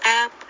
up